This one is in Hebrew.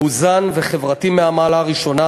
מאוזן וחברתי מהמעלה הראשונה.